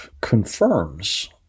confirms